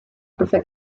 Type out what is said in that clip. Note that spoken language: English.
prefer